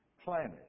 planet